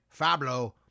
Fablo